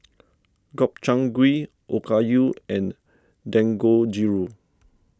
Gobchang Gui Okayu and Dangojiru